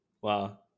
Wow